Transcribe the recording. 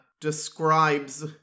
describes